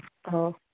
ꯑꯧ